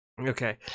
Okay